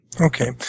Okay